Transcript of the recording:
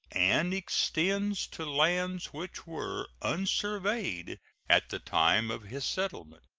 and extends to lands which were unsurveyed at the time of his settlement.